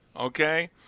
Okay